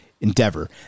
endeavor